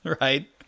right